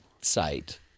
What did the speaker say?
site